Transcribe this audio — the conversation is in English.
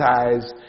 ties